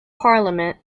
parliament